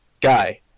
Guy